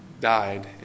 died